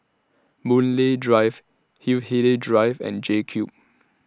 Boon Lay Drive Hindhede Drive and JCube